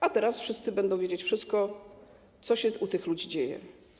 A teraz wszyscy będą wiedzieć wszystko, co się u tych ludzi dzieje.